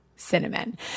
cinnamon